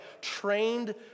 trained